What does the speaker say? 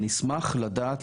אני אשמח לדעת,